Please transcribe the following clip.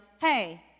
hey